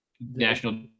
national